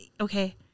Okay